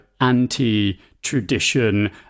anti-tradition